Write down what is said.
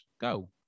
go